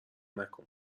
نکن